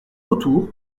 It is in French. autour